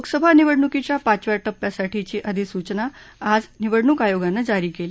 लोकसभा निवडणुकीच्या पाचव्या टप्प्यासाठीची अधिसूचना आज निवडणूक आयोगानं जारी केली